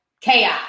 chaos